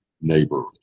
neighbor